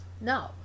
No